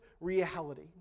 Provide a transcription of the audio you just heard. reality